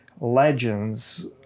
legends